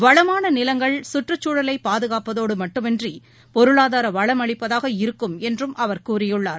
வளமான நிலங்கள் சுற்றுச்சூழலை பாதுகாப்பதோடு மட்டுமன்றி பொருளாதார வளமளிப்பதாக இருக்கும் என்றும் அவர் கூறியுள்ளார்